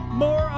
more